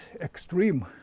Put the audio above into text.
extreme